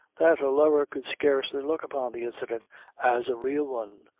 that her lover could scarcely look upon the incident as a real one,